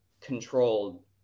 controlled